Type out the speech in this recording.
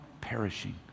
perishing